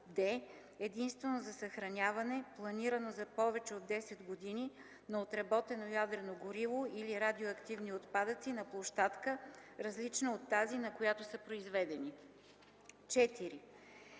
д) единствено за съхраняване, планирано за повече от 10 г., на отработено ядрено гориво или радиоактивни отпадъци на площадка, различна от тази, на която са произведени. 4.